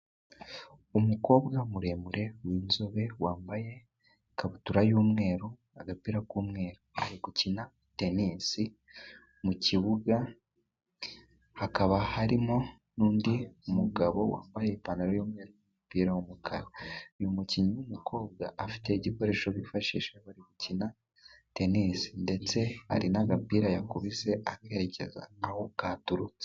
Umukobwa muremure w'inzobe wambaye ikabutura y'umweru, agapira k'umweru ari gukina tennis mu kibuga, hakaba harimo n'undi mugabo wambaye ipantaro y'umupira w' umukara, buyu mukinnyi w'umukobwa afite igikoresho bifashisha bari gukina tennis ndetse ari n'agapira yakubise akerek8u6eza aho katurutse